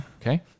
Okay